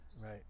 Right